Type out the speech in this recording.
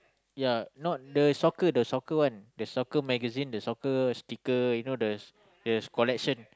ya not the soccer the soccer one the soccer magazine the soccer sticker you know there is collection